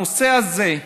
הנושא הזה,